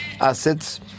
assets